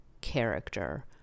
character